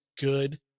good